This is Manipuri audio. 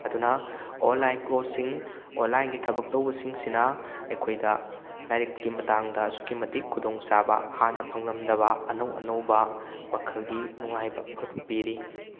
ꯑꯗꯨꯅ ꯑꯣꯟꯂꯥꯏꯟ ꯀꯣꯔꯁꯁꯤꯡ ꯑꯣꯟꯂꯥꯏꯒꯤ ꯊꯕꯛ ꯇꯧꯕꯁꯤꯡꯁꯤꯅ ꯑꯩꯈꯣꯏꯗ ꯂꯥꯏꯔꯤꯛꯀꯤ ꯃꯇꯥꯡꯗ ꯑꯁꯨꯛꯀꯤ ꯃꯇꯤꯛ ꯈꯨꯗꯣꯡ ꯆꯥꯕ ꯍꯥꯟꯅ ꯐꯪꯂꯝꯗꯕ ꯑꯅꯧ ꯑꯅꯧꯕ ꯋꯥꯈꯜꯒꯤ ꯅꯨꯡꯉꯥꯏꯕ ꯐꯕ ꯄꯤꯔꯤ